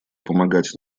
помогать